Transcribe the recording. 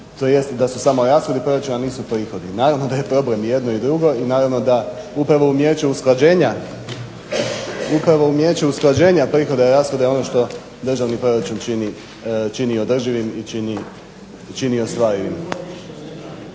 tj. da su samo rashodi proračuna a nisu prihodi. Naravno da je problem jedno i drugo i naravno upravo umijeće usklađenja prihoda i rashoda je ono što državni proračun čini održivim i čini ostvarivim.